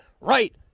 right